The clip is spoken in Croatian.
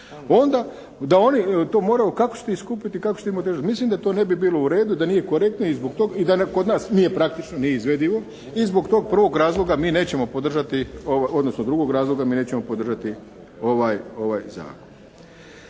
onda da oni to moraju, kako ćete ih skupiti i kako ćete … /Ne razumije se./ … mislim da to ne bi bilo u redu da nije korektno i zbog toga i da kod nas nije praktično, nije izvedivo i zbog tog prvog razloga mi nećemo podržati, odnosno drugog razloga mi nećemo podržati ovaj zakon.